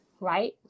right